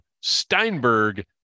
Steinberg